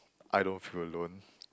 I don't feel alone